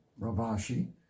Ravashi